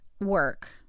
work